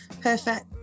perfect